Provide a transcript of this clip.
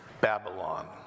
Babylon